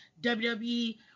WWE